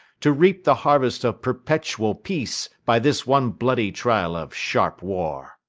to reap the harvest of perpetual peace by this one bloody trial of sharp war.